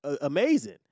amazing